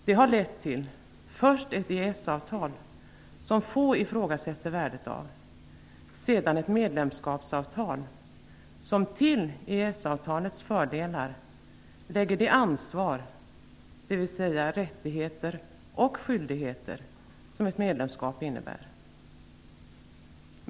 Det har först lett till ett EES-avtal, som få ifrågasätter värdet av, och sedan till ett medlemskapsavtal som till EES-avtalets fördelar lägger det ansvar - dvs. rättigheter och skyldigheter - som ett medlemskap innebär.